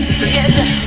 together